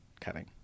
cutting